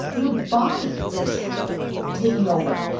their body is taking over.